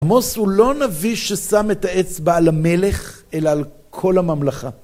עמוס הוא לא נביא ששם את האצבע על המלך, אלא על כל הממלכה.